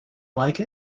like